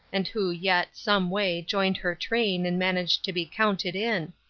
and who yet, someway, joined her train and managed to be counted in.